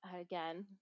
again